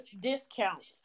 discounts